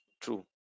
true